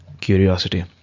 curiosity